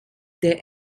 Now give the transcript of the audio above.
der